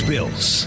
Bills